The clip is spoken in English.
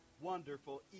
wonderful